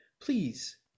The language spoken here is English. please